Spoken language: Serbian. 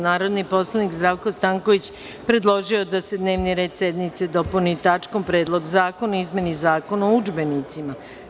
Narodni poslanik Zdravko Stanković predložio je da se dnevni red sednice dopuni tačkom – Predlog zakona o izmeni Zakona o udžbenicima.